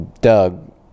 doug